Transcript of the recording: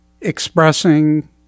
expressing